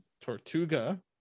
Tortuga